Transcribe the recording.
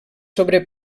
sobre